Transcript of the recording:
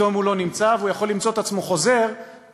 פתאום הוא לא נמצא והוא יכול למצוא את עצמו חוזר לעיקולים